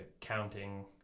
counting